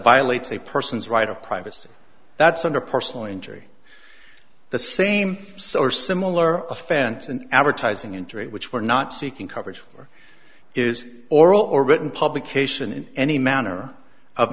violates a person's right of privacy that's under personal injury the same so are similar offense and advertising interest which we're not seeking coverage or is oral or written publication in any manner of